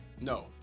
No